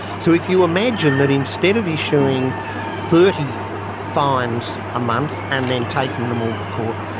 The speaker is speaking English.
so if you imagine that instead of issuing thirty fines a month and then taking them all to court,